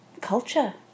culture